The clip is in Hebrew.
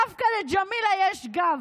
דווקא לג'מילה יש גב.